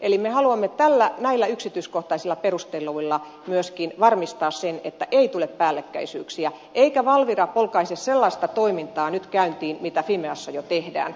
eli me haluamme näillä yksityiskohtaisilla perusteluilla myöskin varmistaa sen että ei tule päällekkäisyyksiä eikä valvira polkaise sellaista toimintaa nyt käyntiin mitä fimeassa jo tehdään